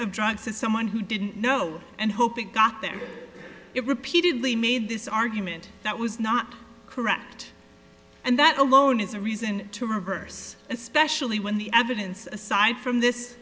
of drugs to someone who didn't know and hope it got there it repeatedly made this argument that was not correct and that alone is a reason to reverse especially when the evidence aside from this